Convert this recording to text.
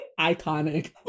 Iconic